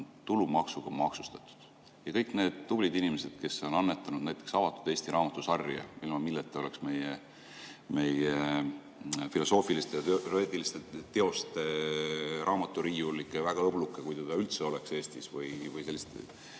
Kõik need tublid inimesed, kes on annetanud näiteks Avatud Eesti Raamatu sarja, ilma milleta oleks meie filosoofiliste ja teoreetiliste teoste raamaturiiul ikka väga õbluke, kui teda üldse oleks Eestis, või sellistesse